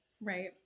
right